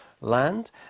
land